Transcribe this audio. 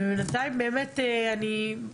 ובינתיים אני פשוט